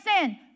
sin